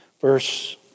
Verse